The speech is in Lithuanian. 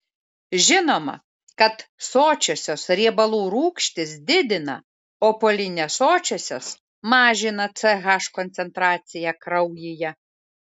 žinoma kad sočiosios riebalų rūgštys didina o polinesočiosios mažina ch koncentraciją kraujyje